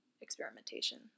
experimentation